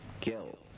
kill